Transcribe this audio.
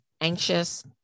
anxious